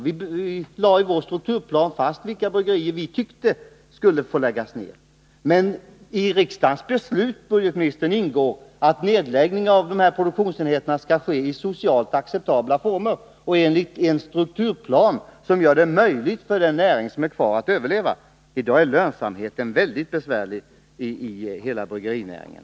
Vi lade i vår strukturplan fast vilka bryggerier vi tyckte skulle få läggas ner. Men i riksdagens beslut ingår, herr budgetminister, att nedläggningen av dessa produktionsenheter skall ske i socialt acceptabla former och enligt en strukturplan som gör det möjligt för den näring som är kvar att överleva. I dag är lönsamheten mycket besvärlig i hela bryggerinäringen.